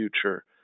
future